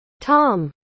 Tom